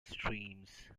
streams